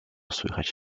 słychać